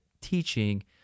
teaching